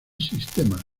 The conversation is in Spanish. sistemas